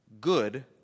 Good